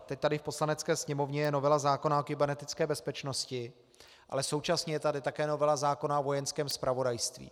Teď tady v Poslanecké sněmovně je novela zákona o kybernetické bezpečnosti, ale současně je tady také novela zákona o Vojenském zpravodajství.